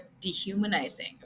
dehumanizing